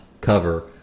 cover—